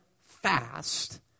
fast